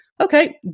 okay